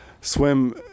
swim